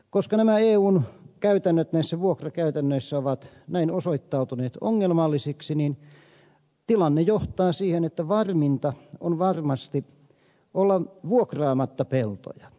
koska nämä eun käytännöt näissä vuokrakäytännöissä ovat näin osoittautuneet ongelmallisiksi tilanne johtaa siihen että varminta on varmasti olla vuokraamatta peltoja